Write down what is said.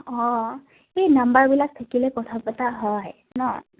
অঁ এই নাম্বাৰবিলাক থাকিলে কথা পতা হয় ন